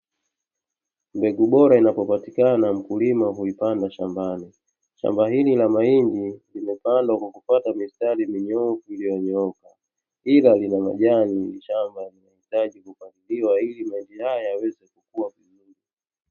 Mbegu bora inapopatikana mkulima huipanda shambani, shamba hili a mahindi limepandwa kwa kutumia mistari nyoofu ila lina majani linalohitajika kupaliliwa ili majani yaweze kukua.